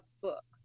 book